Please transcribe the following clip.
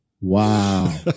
Wow